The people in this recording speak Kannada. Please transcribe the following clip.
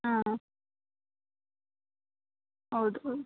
ಹಾಂ ಹೌದು